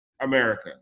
America